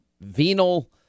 venal